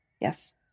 yes